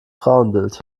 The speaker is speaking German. frauenbild